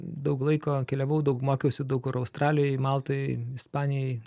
daug laiko keliavau daug mokiausi daug kur australijoj maltoj ispanijoj